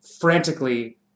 frantically